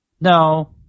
No